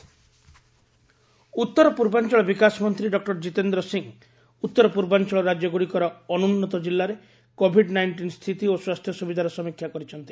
centre north east ଉତ୍ତର ପୂର୍ବାଞ୍ଚଳ ବିକାଶ ମନ୍ତ୍ରୀ ଡକ୍କର କିତେନ୍ଦ୍ର ସିଂହ ଉତ୍ତର ପୂର୍ବାଞ୍ଚଳ ରାଜ୍ୟ ଗୁଡ଼ିକର ଅନୁନ୍ନତ କିଲ୍ଲାରେ କୋଭିଡ ନାଇଷ୍ଟିନ୍ ସ୍ଥିତି ଓ ସ୍ୱାସ୍ଥ୍ୟ ସ୍ରବିଧାର ସମୀକ୍ଷା କରିଛନ୍ତି